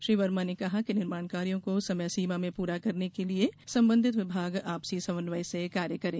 श्री वर्मा ने कहा कि निर्माण कार्यों को समय सीमा में पूरा करने के लिये संबंधित विभाग आपसी समन्वय से कार्य करें